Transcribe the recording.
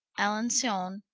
alanson,